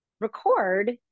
record